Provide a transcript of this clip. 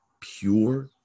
pure